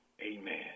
amen